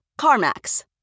CarMax